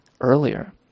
earlier